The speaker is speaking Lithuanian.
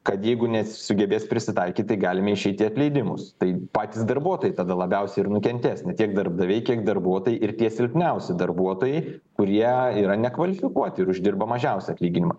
kad jeigu nesugebės prisitaikyt tai galime išeiti atleidimus tai patys darbuotojai tada labiausiai ir nukentės ne tiek darbdaviai kiek darbuotojai ir tie silpniausi darbuotojai kurie yra nekvalifikuoti ir uždirba mažiausią atlyginimą